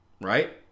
right